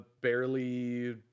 barely